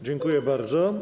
Dziękuję bardzo.